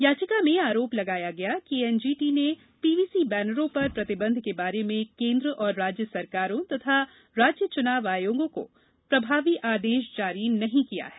याचिका में आरोप लगाया गया कि एनजीटी ने पीवीसी बैनरों पर प्रतिबंध के बारे में केन्द्र और राज्य सरकारों तथा राज्य चुनाव आयोगों को प्रभावी आदेश जारी नहीं किया है